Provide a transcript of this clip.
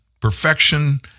Perfection